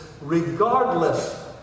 Regardless